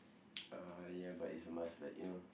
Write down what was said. uh ya but it's a must like you know